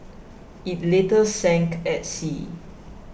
it later sank at sea